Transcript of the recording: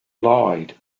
lied